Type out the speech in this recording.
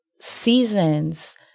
seasons